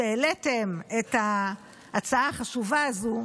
שהעליתם את ההצעה החשובה הזו.